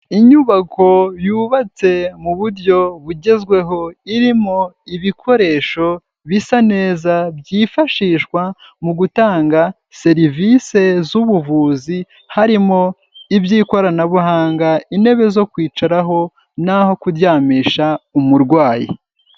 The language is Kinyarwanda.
Inyubako yubatse mu buryo bugezweho, irimo ibikoresho bisa neza byifashishwa mu gutanga serivisi z'ubuvuzi, harimo iby'ikoranabuhanga, intebe zo kwicaraho n'aho kuryamisha umurwayi.